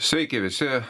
sveiki visi